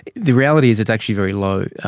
the reality is it's actually very low.